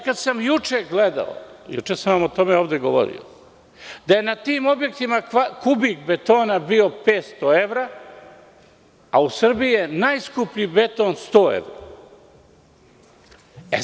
Kada sam juče gledao, juče sam o tome ovde govorio, da je na tim objektima kubik betona bio 500 evra, a u Srbiji je najskuplji beton 100 evra.